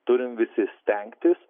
turim visi stengtis